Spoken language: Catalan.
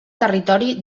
territori